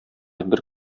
бер